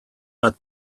but